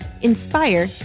inspire